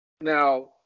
Now